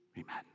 amen